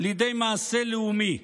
לידי מעשה לאומי,